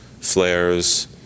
flares